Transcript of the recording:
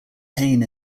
pain